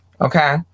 Okay